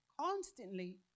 constantly